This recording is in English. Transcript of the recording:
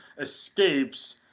escapes